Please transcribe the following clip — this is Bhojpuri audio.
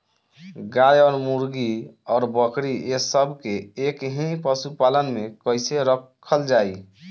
गाय और मुर्गी और बकरी ये सब के एक ही पशुपालन में कइसे रखल जाई?